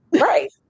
Right